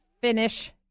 finish